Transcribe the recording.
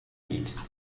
lied